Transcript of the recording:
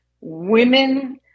women